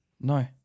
No